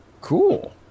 Cool